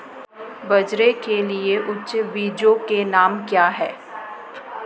बाजरा के लिए अच्छे बीजों के नाम क्या हैं?